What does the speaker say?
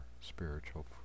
spiritual